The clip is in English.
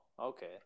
okay